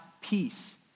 peace